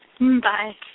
Bye